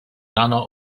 rano